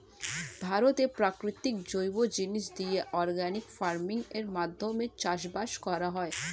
ভারতে প্রাকৃতিক জৈব জিনিস দিয়ে অর্গানিক ফার্মিং এর মাধ্যমে চাষবাস করা হয়